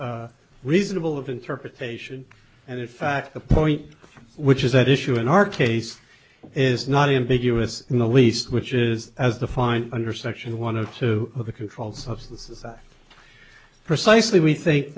is reasonable of interpretation and in fact the point which is at issue in our case is not ambiguous in the least which is as the find under section one of two of the controlled substances precisely we think